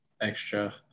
extra